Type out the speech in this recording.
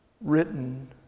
written